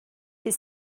his